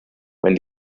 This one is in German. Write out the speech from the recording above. wenn